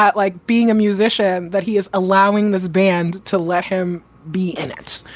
like, being a musician. but he is allowing this band to let him be in it.